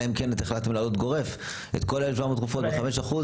אלא אם כן החלטתם להעלות באופן גורף את כל ה-1,700 תרופות ב-5%.